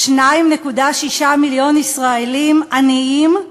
2.6 מיליון ישראלים עניים,